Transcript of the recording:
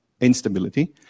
instability